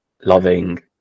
loving